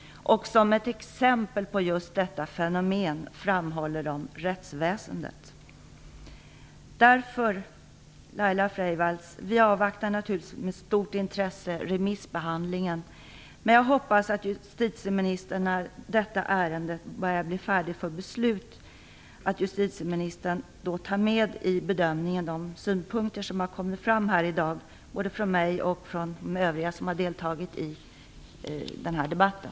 Som ett exempel på detta fenomen framhåller man just rättsväsendet. Vi avvaktar naturligtvis med stort intresse remissbehandlingen. När detta ärende börjar bli färdigt för beslut hoppas jag att justitieministern vid bedömningen tar med de synpunkter som har kommit fram här i dag, både från mig och från de övriga som har deltagit i debatten.